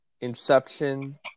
Inception